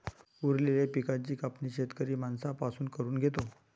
उरलेल्या पिकाची कापणी शेतकरी माणसां पासून करून घेतो